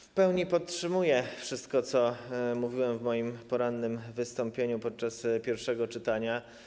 W pełni podtrzymuję wszystko to, co mówiłem w moim porannym wystąpieniu, podczas pierwszego czytania.